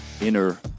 inner